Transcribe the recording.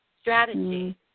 strategy